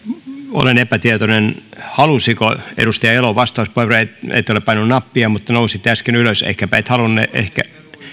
olen epätietoinen halusiko edustaja elo vastauspuheenvuoron ette ole painanut nappia mutta nousitte äsken ylös ehkäpä ette halunnut